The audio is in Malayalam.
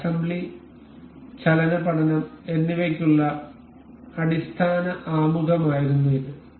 ഈ അസംബ്ലി ചലന പഠനം എന്നിവയ്ക്കുള്ള അടിസ്ഥാന ആമുഖമായിരുന്നു ഇത്